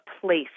place